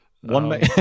One